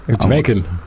Jamaican